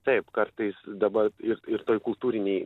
taip kartais dabar ir ir toj kultūrinėj